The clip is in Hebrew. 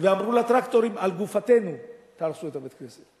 ואמרו לטרקטורים: על גופותינו תהרסו את בית-הכנסת.